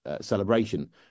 Celebration